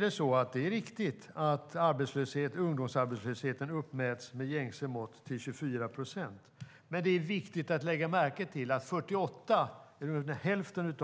Det är riktigt att ungdomsarbetslösheten med gängse mått uppmäts till 24 procent, men det är viktigt att lägga märke till att ungefär hälften